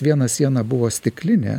viena siena buvo stiklinė